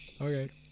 Okay